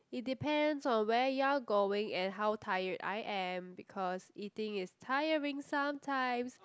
it depends on where you're going and how tired I am because eating is tiring sometimes